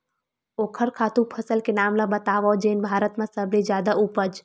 ओखर खातु फसल के नाम ला बतावव जेन भारत मा सबले जादा उपज?